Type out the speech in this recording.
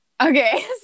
Okay